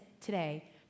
today